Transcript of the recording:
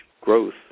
growth